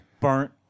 burnt